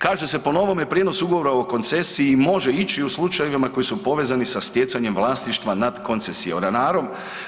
Kaže se po novome prijenos ugovora o koncesiji može ići i u slučajevima koji su povezani sa stjecanjem vlasništva nad koncesionarom.